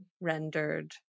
rendered